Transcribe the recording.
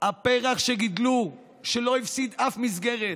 הפרח שגידלו, שלא הפסיד אף מסגרת,